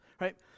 Right